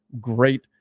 great